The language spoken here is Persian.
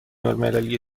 المللی